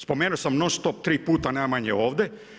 Spomenuo sam non stop tri puta najmanje ovdje.